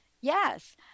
yes